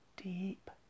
deep